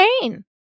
pain